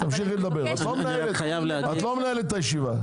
תמשיכי לדבר, את לא מנהלת את הישיבה.